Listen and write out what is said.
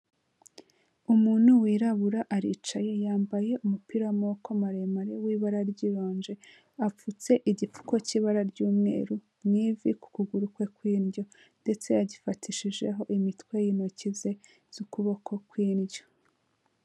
Umuntu wirabura aricaye yambaye umupira w'amaboko maremare w'ibara ry'ironji apfutse igipfuko cy'ibara ry'umweru mu ivi ku kuguru kwe kw'indyo ndetse yagifatishijeho imitwe y'intoki ze z'ukuboko kw'indyo.